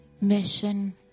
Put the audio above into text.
mission